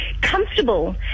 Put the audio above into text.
comfortable